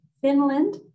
Finland